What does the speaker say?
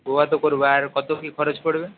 গোয়া তো করব আর কত কী খরচ পড়বে